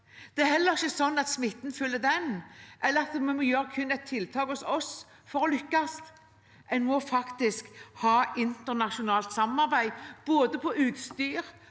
Det er heller ikke sånn at smitten følger den, eller at vi må gjøre kun et tiltak hos oss for å lykkes. En må faktisk ha internasjonalt samarbeid, både med tanke